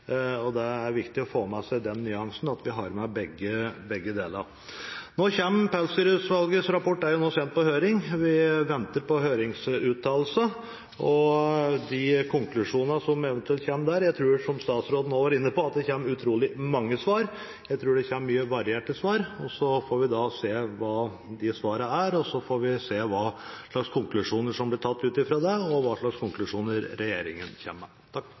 Det er viktig å få med seg den nyansen – at vi har med begge deler. Pelsdyrutvalgets rapport er nå sendt på høring. Vi venter på høringsuttalelser og de konklusjonene som eventuelt kommer. Jeg tror – som statsråden også var inne på – at det kommer utrolig mange svar, jeg tror det kommer mange varierte svar. Så får vi se på svarene og på hvilke konklusjoner som blir tatt ut fra disse, og hva slags konklusjoner regjeringen kommer med. Takk